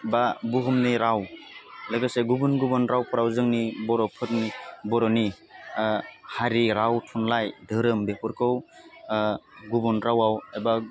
बा बुहुमनि राव लोगोसे गुबुन गुबुन रावफ्राव जोंनि बर'फोरनि बर'नि हारि राव थुनलाइ धोरोम बेफोरखौ गुबुन रावाव एबा